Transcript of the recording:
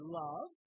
love